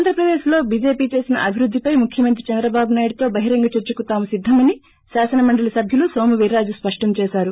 ఆంధ్రప్రదేశ్ లో చీజేపీ చేసిన అభివృద్దిపై ముఖ్యమంత్రి చంద్రబాబు నాయుడు తో బహిరంగ చర్చకు తాము సిద్దమని శాసనమండలి సబ్యుడు నోము వీర్రాజు స్పష్టంచేశారు